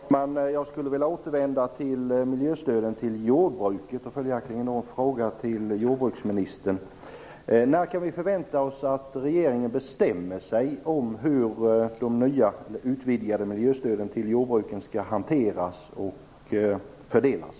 Fru talman! Jag skulle vilja återvända till miljöstödet till jordbruket, och följaktligen ställa en fråga till jordbruksministern. När kan vi förvänta oss att regeringen bestämmer sig för hur de nya utvidgade miljöstöden till jordbruken skall hanteras och fördelas?